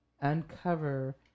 uncover